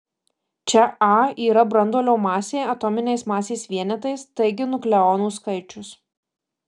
čia a yra branduolio masė atominiais masės vienetais taigi nukleonų skaičius